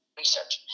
research